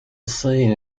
scene